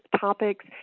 topics